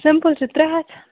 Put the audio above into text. simple چھِ ترٛےٚ ہتھ